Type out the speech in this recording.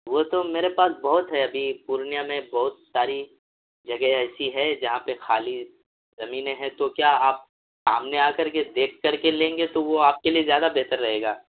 وہ تو میرے پاس بہت ہے ابھی پورنیہ میں بہت ساری جگہ ایسی ہے جہاں پہ خالی زمینیں ہیں تو کیا آپ سامنے آ کر کے دیکھ کر کے لیں گے تو وہ آپ کے لیے زیادہ بہتر رہے گا